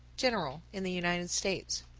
general in the united states.